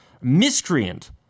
miscreant